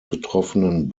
betroffenen